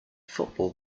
football